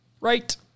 right